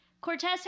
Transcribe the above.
Cortez